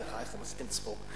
בחייכם, עשיתם צחוק.